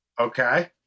Okay